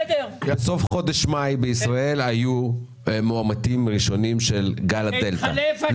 בסוף חודש מאי היו בישראל מאומתים ראשונים של גל הדלתא.